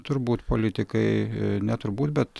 turbūt politikai ne turbūt bet